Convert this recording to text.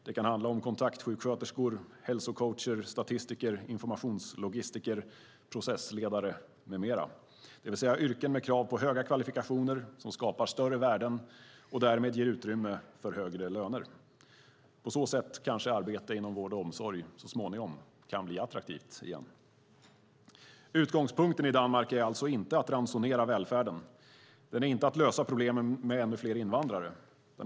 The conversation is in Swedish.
Det kan handla om kontaktsjuksköterskor, hälsocoacher, statistiker, informationslogistiker, processledare med flera - det vill säga yrken med krav på höga kvalifikationer som skapar större värden och därmed ger utrymme för högre löner. På så sätt kan kanske arbete inom vård och omsorg så småningom igen bli attraktivt. Utgångspunkten i Danmark är alltså inte att ransonera välfärden och inte att lösa problemen med ännu fler invandrare.